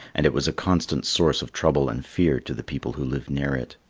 and it was a constant source of trouble and fear to the people who lived near it.